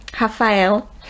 Rafael